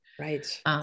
Right